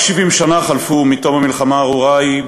רק 70 שנה חלפו מתום המלחמה הארורה ההיא,